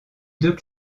deux